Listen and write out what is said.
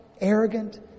arrogant